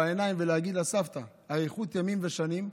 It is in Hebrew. בעיניים, ולהגיד לה: סבתא, אריכות ימים ושנים,